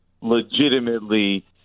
legitimately